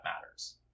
matters